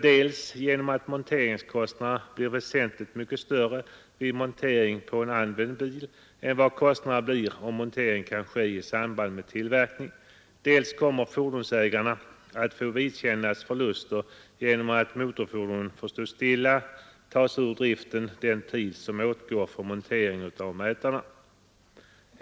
Dels blir monteringskostnaderna väsentligt mycket större vid montering på en använd bil än vad kostnaderna blir om montering kan ske i samband med tillverkning, dels kommer fordonsägarna att vidkännas förluster genom att motorfordonen tas ur drift den tid som åtgår för montering av mätarna.